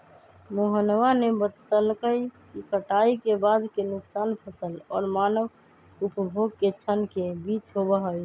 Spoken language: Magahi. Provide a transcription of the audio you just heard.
मोहनवा ने बतल कई कि कटाई के बाद के नुकसान फसल और मानव उपभोग के क्षण के बीच होबा हई